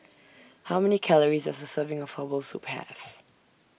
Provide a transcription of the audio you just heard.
How Many Calories Does A Serving of Herbal Soup Have